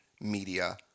media